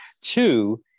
Two